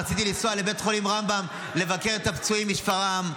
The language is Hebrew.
רציתי לנסוע לבית חולים רמב"ם לבקר את הפצועים משפרעם,